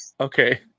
Okay